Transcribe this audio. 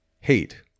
Hate